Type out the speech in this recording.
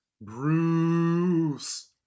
bruce